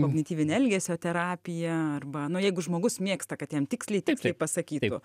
kognityvinė elgesio terapija arba nu jeigu žmogus mėgsta kad jam tiksliai tiksliai pasakytų